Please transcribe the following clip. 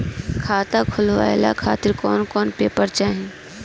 खाता खुलवाए खातिर कौन कौन पेपर चाहीं?